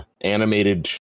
animated